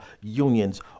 unions